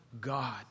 God